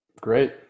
Great